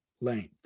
length